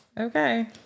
Okay